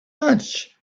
lunch